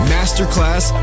Masterclass